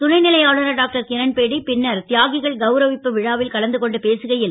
துணை லை ஆளுநர் டாக்டர் கிரண்பேடி பின்னர் யாகிகள் கவுரவிப்பு விழாவில் கலந்து கொண்டு பேசுகை ல்